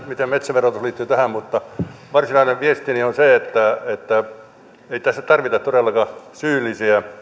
miten metsäverotus liittyy tähän mutta varsinainen viestini on se että ei tässä tarvita todellakaan syyllisiä vaan